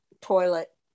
toilet